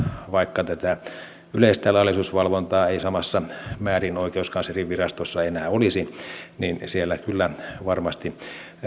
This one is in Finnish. vaikka tätä yleistä laillisuusvalvontaa ei samassa määrin oikeuskanslerinvirastossa enää olisi niin siellä kyllä varmasti